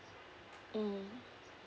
mm